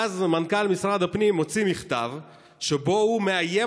ואז מנכ"ל משרד הפנים הוציא מכתב שבו הוא מאיים